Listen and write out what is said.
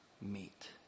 meet